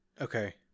Okay